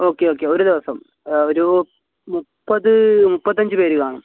okay okay ഒരു ദിവസം ഒരു മുപ്പത് മുപ്പത്തഞ്ച് പേർ കാണും